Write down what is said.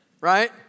right